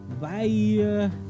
bye